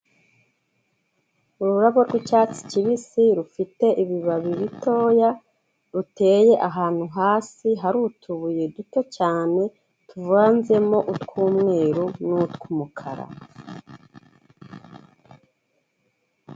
Ururabo rw'icyatsi kibisi rufite ibibabi bitoya ruteye ahantu hasi, hari utubuye duto cyane tuvanzemo utw'umweru n'utw'umukara.